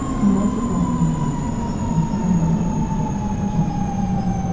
multiple americas and how to live with this, generatively